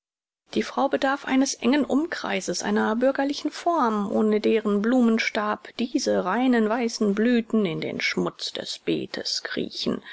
die frau bedarf eines engen umkreises einer bürgerlichen form ohne deren blumenstab diese reinen weißen blüthen in den schmutz des beetes kriechen